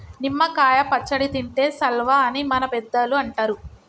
నిమ్మ కాయ పచ్చడి తింటే సల్వా అని మన పెద్దలు అంటరు